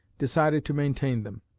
decided to maintain them.